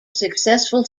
successful